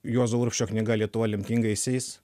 juozo urbšio knyga lietuva lemtingaisiais